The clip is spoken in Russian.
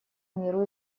миру